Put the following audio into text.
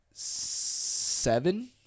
seven